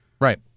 Right